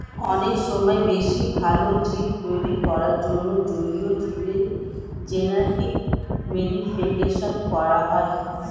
অনেক সময় বেশি ভালো জীব তৈরী করার জন্যে জলীয় জীবের জেনেটিক মডিফিকেশন করা হয়